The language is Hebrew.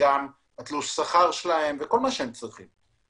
גם תלוש השכר שלהם וכל מה שהם צריכים,